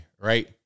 right